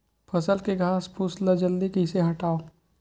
फसल के घासफुस ल जल्दी कइसे हटाव?